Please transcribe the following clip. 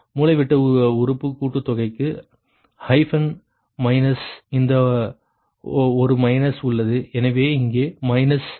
மூலைவிட்ட உறுப்பு கூட்டுத்தொகைக்கு ஹைபன் மைனஸ் இந்த ஒரு மைனஸ் உள்ளது எனவே இங்கே மைனஸ் இங்கே மைனஸ்